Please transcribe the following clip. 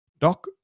doc